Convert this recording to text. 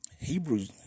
Hebrews